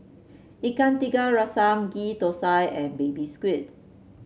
Ikan Tiga Rasa Ghee Thosai and Baby Squid